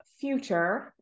future